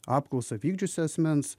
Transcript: apklausą vykdžiusio asmens